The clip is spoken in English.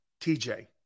TJ